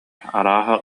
арааһа